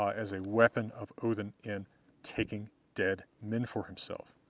as a weapon of odinn in taking dead men for himself.